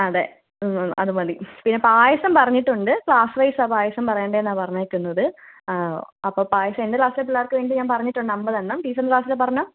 അതെ അത് മതി പിന്നെ പായസം പറഞ്ഞിട്ടുണ്ട് ക്ലാസ് വൈസ് ആണ് പായസം പറയണ്ടത് എന്നാണ് പറഞ്ഞിരിക്കുന്നത് അപ്പോൾ പായസം എൻ്റെ ക്ലാസ്സിലെ പിള്ളേർക്ക് വേണ്ടി ഞാൻ പറഞ്ഞിട്ടുണ്ട് അമ്പതെണ്ണം ടീച്ചറുടെ ക്ലാസ്സിലെ പറഞ്ഞോ